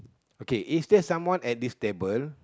okay is there someone at this table